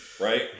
Right